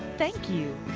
thank you.